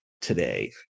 today